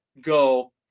go